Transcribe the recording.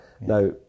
Now